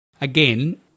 Again